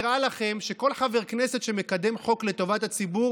נראה לכם שכל חבר כנסת שמקדם חוק לטובת הציבור